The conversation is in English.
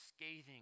scathing